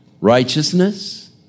Righteousness